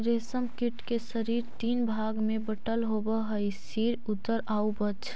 रेशम कीट के शरीर तीन भाग में बटल होवऽ हइ सिर, उदर आउ वक्ष